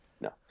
No